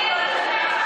היה כל הדיונים,